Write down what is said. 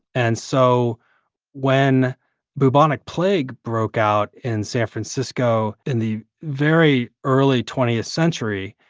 and so when bubonic plague broke out in san francisco in the very early twentieth century,